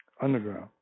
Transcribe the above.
underground